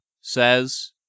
says